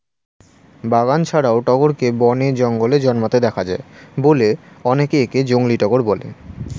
বাগান ছাড়াও টগরকে বনে, জঙ্গলে জন্মাতে দেখা যায় বলে অনেকে একে জংলী টগর বলে